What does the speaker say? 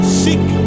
seek